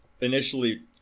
Initially